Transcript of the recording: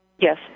Yes